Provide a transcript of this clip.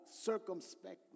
circumspectly